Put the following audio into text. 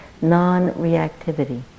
non-reactivity